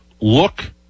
look